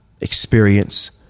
experience